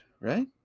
right